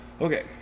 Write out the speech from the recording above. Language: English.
okay